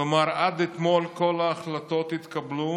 כלומר, עד אתמול כל ההחלטות התקבלו